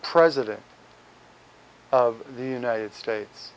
president of the united states